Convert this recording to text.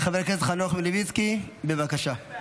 חבר הכנסת חנוך מלביצקי, בבקשה.